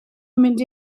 mynd